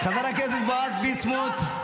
חבר הכנסת בועז ביסמוט,